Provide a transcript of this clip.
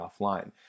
offline